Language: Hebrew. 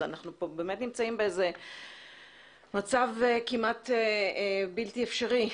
אנחנו באמת נמצאים במצב כמעט בלתי אפשרי.